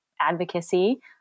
advocacy